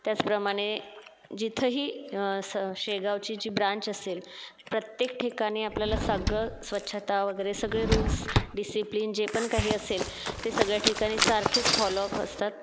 त्याचप्रमाणे जिथंही असं शेगावची जी ब्रांच असेल प्रत्येक ठिकाणी आपल्याला सगळं स्वछता वगैरे सगळे रुल्स डिसिप्लिन जे पण काही असेल ते सगळ्या ठिकाणी सारखेच फॉलो अप असतात